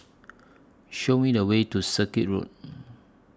Show Me The Way to Circuit Road